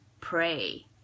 pray